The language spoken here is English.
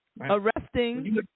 arresting